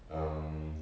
um